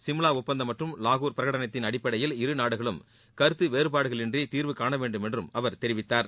சிம்லா ஒப்பந்தம் மற்றும் லாகூர் பிரகடனத்தின் அடிப்படையில் இருநாடுகளும் கருத்து வேறபாடுகளின்றி தீர்வுகாண வேண்டும் என்றும் அவர் தெரிவித்தார்